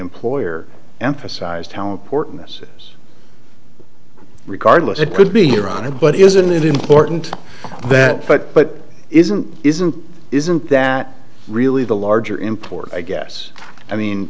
employer emphasized how important this is regardless it could be around it but isn't it important that but isn't isn't isn't that really the larger import i guess i mean